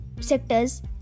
sectors